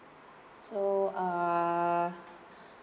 so uh